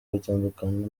gutandukana